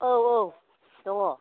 औ औ दङ